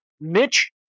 Mitch